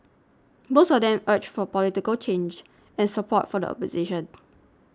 most of them urged for political change and support for the opposition